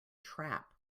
trap